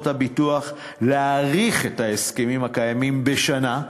הביטוח להאריך את ההסכמים הקיימים בשנה,